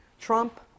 Trump